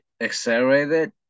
accelerated